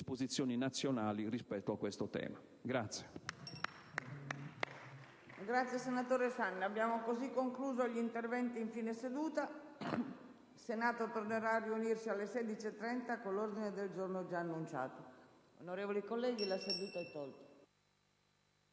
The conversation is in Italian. disposizioni nazionali rispetto a questo tema.